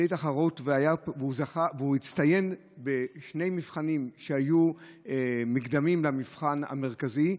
הוא הצטיין בשני מבחנים שהיו מקדמיים למבחן המרכזי,